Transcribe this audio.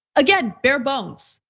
again, bare-bones.